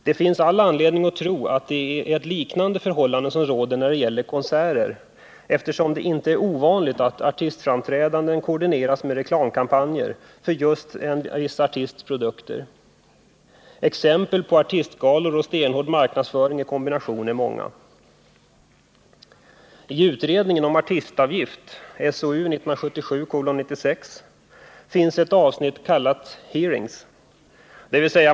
Det finns all anledning att tro att det är ett liknande förhållande som råder när det gäller konserter, eftersom det inte är ovanligt att artistframträdanden koordineras med reklamkampanjer för en viss artists produkter. Exemplen på artistgalor och stenhård marknadsföring i kombination är många. I utredningen om artistavgift, SOU 1977:96, finns ett avsnitt kallat Hearings.